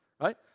right